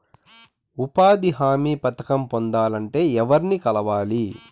ఉపాధి హామీ పథకం పొందాలంటే ఎవర్ని కలవాలి?